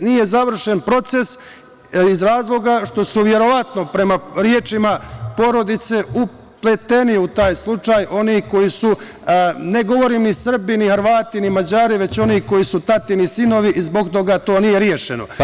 nije završen proces iz razloga što su verovatno, prema rečima porodice, upleteni u taj slučaj oni koji su, ne govorim ni Srbi, ni Hrvati, ni Mađari, već oni koji su tatini sinovi i zbog toga to nije rešeno.